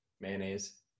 mayonnaise